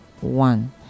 one